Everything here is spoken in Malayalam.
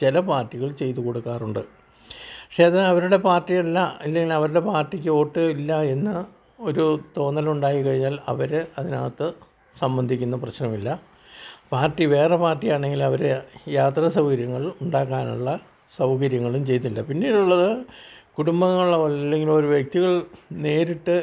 ചില പാർട്ടികൾ ചെയ്ത് കൊടുക്കാറുണ്ട് പക്ഷേ അത് അവരുടെ പാർട്ടിയല്ല അല്ലെങ്കിൽ അവരുടെ പാർട്ടിക്ക് വോട്ട് ഇല്ലയെന്ന് ഒരു തോന്നലുണ്ടായിക്കഴിഞ്ഞാൽ അവർ അതിനകത്ത് സംബന്ധിക്കുന്ന പ്രശ്നമില്ല പാർട്ടി വേറെ പാർട്ടിയാന്നെങ്കിലവർ യാത്രാ സൗകര്യങ്ങൾ ഉണ്ടാക്കാനുള്ള സൗകര്യങ്ങളും ചെയ്തില്ല പിന്നീടുള്ളത് കുടുംബങ്ങളിൽ അല്ലെങ്കിൽ ഒരു വ്യക്തികൾ നേരിട്ട്